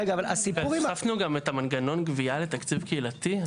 אבל הוספנו גם את המנגנון גבייה לתקציב קהילתי?